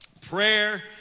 prayer